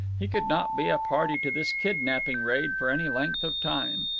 he could not be a party to this kidnapping raid for any length of time.